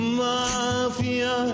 mafia